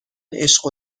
عشق